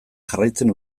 jarraitzen